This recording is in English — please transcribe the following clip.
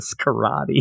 karate